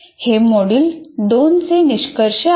हे मॉड्यूल 2 चे निष्कर्ष आहेत